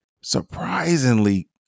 Surprisingly